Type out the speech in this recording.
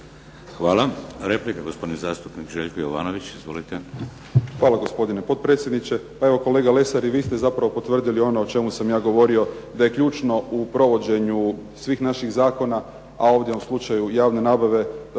Hvala. Replika, gospodin zastupnik Željko Jovanović. **Jovanović, Željko (SDP)** Hvala gospodine potpredsjedniče. Pa evo kolega Lesar i vi ste zapravo potvrdili ono o čemu sam ja govorio da je ključno u provođenju svih naših zakona, a ovdje u slučaju javne nabave da su